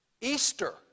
Easter